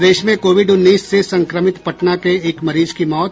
प्रदेश में कोविड उन्नीस से संक्रमित पटना के एक मरीज की मौत